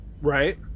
Right